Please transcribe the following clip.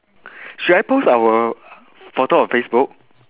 should I post our photo on facebook